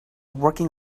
working